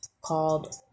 called